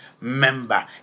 member